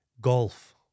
Golf